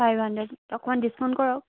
five hundred অকণমান discount কৰক